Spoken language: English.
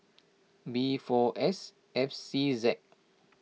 B four S F C Z